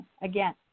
again